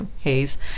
Haze